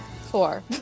four